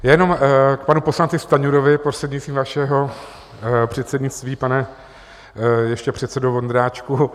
Já jenom k panu poslanci Stanjurovi, prostřednictvím vašeho předsednictví, pane ještě předsedo Vondráčku.